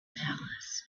palace